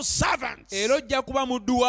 servants